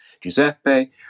Giuseppe